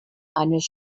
eines